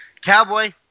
Cowboy